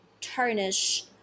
tarnish